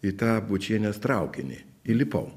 į tą bučienės traukinį įlipau